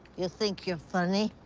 you think you're funny?